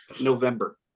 November